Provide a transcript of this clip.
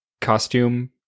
Costume